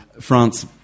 France